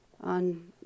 on